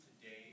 today